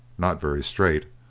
not very straight,